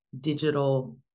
digital